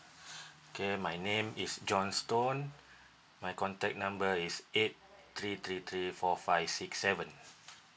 okay my name is john stone my contact number is eight three three three four five six seven